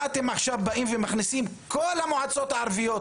מה אתם עכשיו באים ומכניסים את כל המועצות הערביות,